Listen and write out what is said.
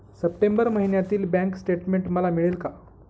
September महिन्यातील bank statement मला मिळेल का?